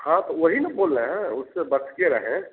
हाँ तो वही ना बोल रहे हैं उससे बचके रहें